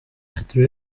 ati